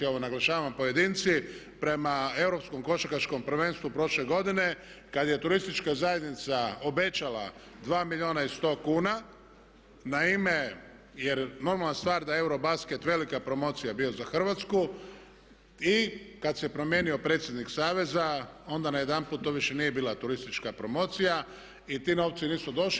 Ovo naglašavam pojedinci prema Europskom košarkaškom prvenstvu prošle godine kad je turistička zajednica obećala 2 milijuna i 100 kuna ime, jer normalna stvar da Eurobascet velika promocija je bio za Hrvatsku i kad se promijenio predsjednik saveza onda najedanput to više nije bila turistička promocija i ti novci nisu došli.